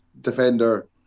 defender